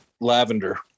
lavender